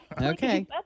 Okay